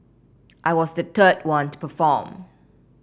I was the third one to perform